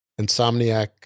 insomniac